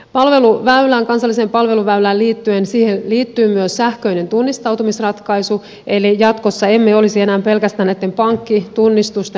kansalliseen palveluväylään liittyy myös sähköinen tunnistautumisratkaisu eli jatkossa em me olisi enää pelkästään näitten pankkitunnistusten varassa